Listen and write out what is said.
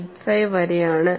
85 വരെയാണ്